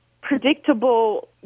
predictable